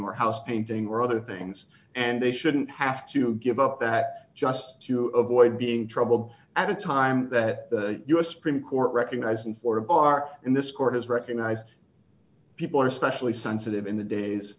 more house painting or other things and they shouldn't have to give up that just to avoid being troubled at a time that the u s supreme court recognizing for a bar in this court has recognized people are especially sensitive in the days